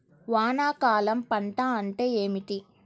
వానాకాలం పంట అంటే ఏమిటి?